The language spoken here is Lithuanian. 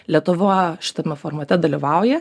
lietuva šitame formate dalyvauja